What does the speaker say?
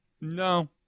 No